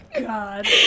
God